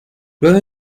luego